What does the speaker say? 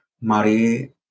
Mari